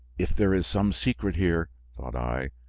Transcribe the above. if there is some secret here, thought i,